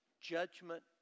judgment